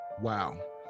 Wow